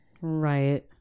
Right